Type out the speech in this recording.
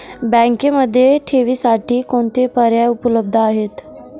बँकेमध्ये ठेवींसाठी कोणते पर्याय उपलब्ध आहेत?